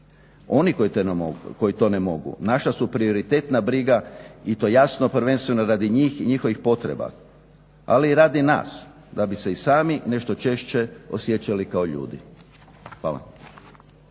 Oni koji to ne mogu naša su prioritetna briga i to jasno prvenstveno radi njih i njihovih potreba ali i radi nas da bi se i sami nešto češće osjećali kao ljudi. Hvala.